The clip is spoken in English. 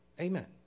Amen